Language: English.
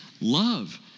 love